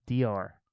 DR